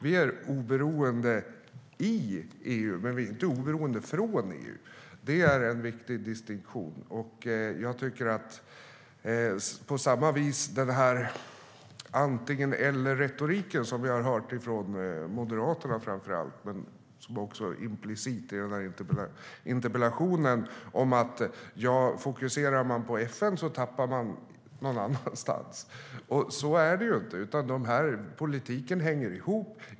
Vi är oberoende i EU, men vi är inte oberoende av EU - det är en viktig distinktion. Det finns en antingen-eller-retorik som vi har hört från framför allt Moderaterna men också implicit i den här interpellationen: Om man fokuserar på FN tappar man någon annanstans. Men så är det inte. Politiken hänger ihop.